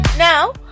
Now